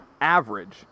average